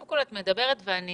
קודם כול, את מדברת, ואני